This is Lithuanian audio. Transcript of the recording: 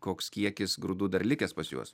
koks kiekis grūdų dar likęs pas juos